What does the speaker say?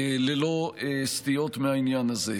ללא סטיות מהעניין הזה.